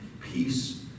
Peace